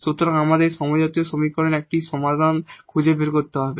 সুতরাং আমাদের হোমোজিনিয়াস সমীকরণের একটি সাধারণ সমাধান খুঁজে বের করতে হবে